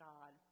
God